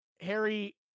Harry